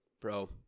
Bro